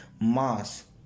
mass